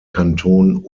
kanton